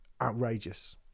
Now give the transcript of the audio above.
outrageous